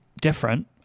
different